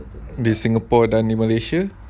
di singapore dan di malaysia